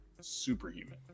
superhuman